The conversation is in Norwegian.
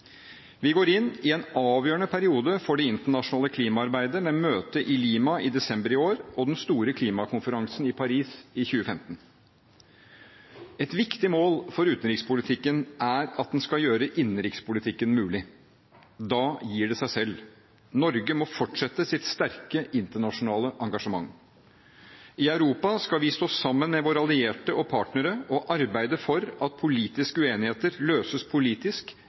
Vi går inn i en avgjørende periode for det internasjonale klimaarbeidet med møte i Lima i desember i år og den store klimakonferansen i Paris i 2015. Et viktig mål for utenrikspolitikken er at den skal gjøre innenrikspolitikken mulig. Da gir det seg selv: Norge må fortsette sitt sterke internasjonale engasjement. I Europa skal vi stå sammen med våre allierte og partnere og arbeide for at politiske uenigheter løses politisk,